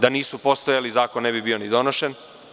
Da nisu postojali, zakon ne bi bio ni donešen.